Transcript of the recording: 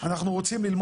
כמה ולמה.